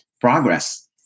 progress